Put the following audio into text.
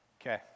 Okay